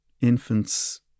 infants